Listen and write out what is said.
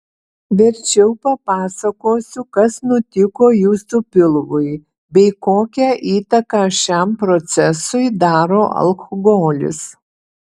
verčiau papasakosiu kas nutiko jūsų pilvui bei kokią įtaką šiam procesui daro alkoholis